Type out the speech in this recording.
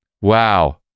wow